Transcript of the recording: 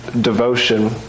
devotion